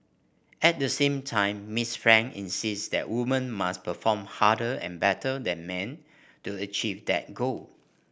at the same time Miss Frank insists that woman must perform harder and better than man to achieve that goal